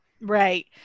Right